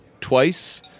Twice